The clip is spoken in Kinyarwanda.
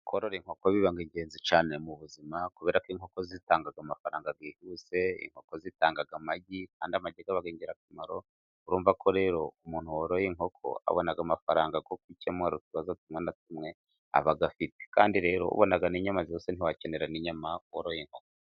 Korora inkoko biba ingenzi cyane mu buzima, kubera ko inkoko zitanga amafaranga byihuse, inkoko zitanga amagi kandi amagi aba ingirakamaro, urumva ko rero umuntu woroye inkoko, abona amafaranga yo gukemura utubazo tumwe na tumwe aba afite, kandi rero ubona n'inyama rwose ntiwakenera inyama woroye inkoko.